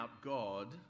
God